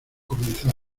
comenzó